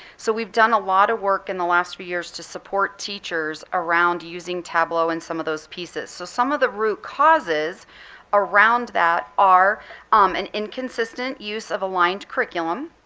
so we've done a lot of work in the last few years to support teachers around using tableau and some of those pieces. so some of the root causes around that are an inconsistent use of aligned curriculum.